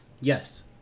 Yes